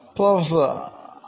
Professor അത്